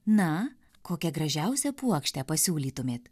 na kokią gražiausią puokštę pasiūlytumėt